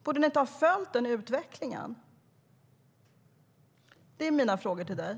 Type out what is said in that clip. Borde ni inte ha följt utvecklingen?